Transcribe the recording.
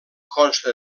consta